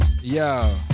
Yo